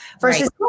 Versus